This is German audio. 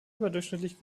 überdurchschnittlich